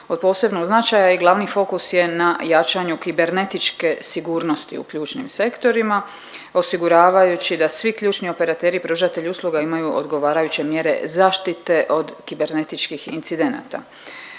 od posebnog značaja i glavni fokus je na jačanju kibernetičke sigurnosti u ključnim sektorima osiguravajući da svi ključni operateri i pružatelji usluga imaju odgovarajuće mjere zaštite od kibernetičkih incidenata.